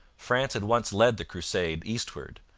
france had once led the crusade eastward.